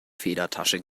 federtasche